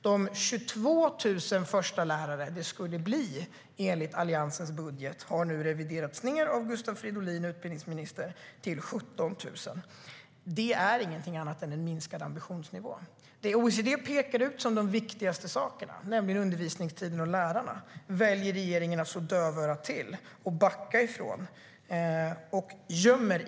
De 22 000 förstelärare det skulle bli enligt Alliansens budget har utbildningsminister Gustav Fridolin reviderat ned till 17 000. Det är ingenting annat än en minskad ambitionsnivå. Det som OECD pekar ut som de viktigaste sakerna, nämligen undervisningstiden och lärarna, väljer regeringen att slå dövörat till för och backa ifrån.